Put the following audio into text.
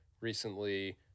recently